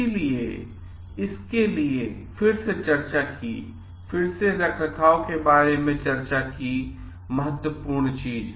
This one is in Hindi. इसलिए इसके लिए फिर से चर्चा की फिर से रखरखाव के बारे में चर्चा की महत्वपूर्ण चीज़